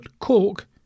Cork